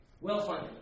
Well-funded